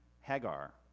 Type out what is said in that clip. Hagar